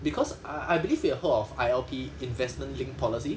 because I I believe you heard of I_L_P investment linked policy